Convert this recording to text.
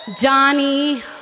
Johnny